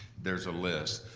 there's a list.